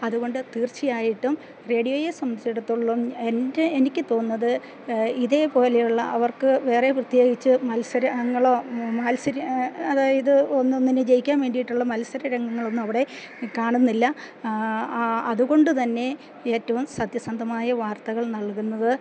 അതുകൊണ്ട് തീർച്ചയായിട്ടും റേഡിയോയെ സംബന്ധിച്ചിടത്തോളം എൻ്റെ എനിക്ക് തോന്നുന്നത് ഇതേപോലെയുള്ള അവർക്ക് വേറെ പ്രത്യേകിച്ച് മത്സരങ്ങളോ അതായത് ഒന്നൊന്നിനെ ജയിക്കാൻ വേണ്ടിയിട്ടുള്ള മത്സരരംഗങ്ങളൊന്നും അവിടെ കാണുന്നില്ല അതുകൊണ്ട് തന്നെ ഏറ്റവും സത്യസന്ധമായ വാർത്തകൾ നൽകുന്നത്